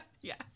Yes